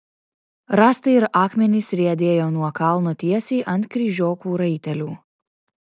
rąstai ir akmenys riedėjo nuo kalno tiesiai ant kryžiokų raitelių